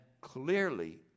clearly